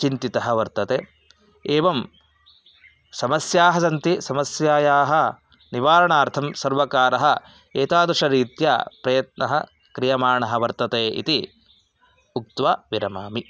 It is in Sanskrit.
चिन्तितः वर्तते एवं समस्याः सन्ति समस्यायाः निवारणार्थं सर्वकारः एतादृशरीत्या प्रयत्नः क्रियमाणः वर्तते इति उक्त्वा विरमामि